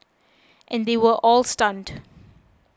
and they were all stunned